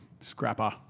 scrapper